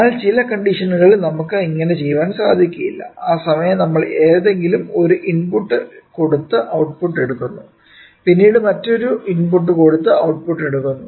എന്നാൽ ചില കണ്ടിഷനുകളിൽ നമുക്ക് ഇങ്ങിനെ ചെയ്യാൻ സാധിക്കില്ല ആ സമയം നമ്മൾ ഏതെങ്കിലും ഒരു ഇൻപുട്ട് കൊടുത്തു ഔട്ട്പുട്ട് എടുക്കുന്നു പിന്നീട് മറ്റൊരു ഇൻപുട്ട് കൊടുത്തു ഔട്ട്പുട്ട് എടുക്കുന്നു